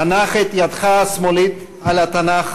הנח את ידך השמאלית על התנ"ך,